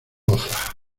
goza